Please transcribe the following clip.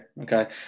okay